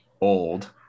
old